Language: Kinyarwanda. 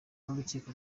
n’urukiko